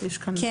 כן